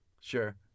sure